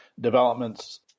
developments